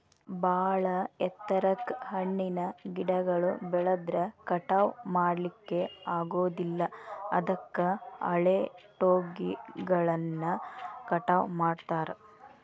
ಬಾಳ ಎತ್ತರಕ್ಕ್ ಹಣ್ಣಿನ ಗಿಡಗಳು ಬೆಳದ್ರ ಕಟಾವಾ ಮಾಡ್ಲಿಕ್ಕೆ ಆಗೋದಿಲ್ಲ ಅದಕ್ಕ ಹಳೆಟೊಂಗಿಗಳನ್ನ ಕಟಾವ್ ಮಾಡ್ತಾರ